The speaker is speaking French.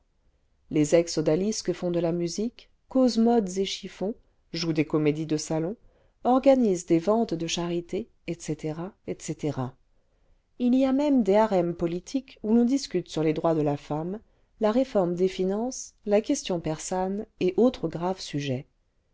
les ex oclalisques font de la musique cçjseut modes et chiffons jouent des comédies de'salon organisent des ventes de charité etc etc il y a même desharems politiques où l'on discute sur les droits de la femme la réforme des finances la question persane et autres graves sujets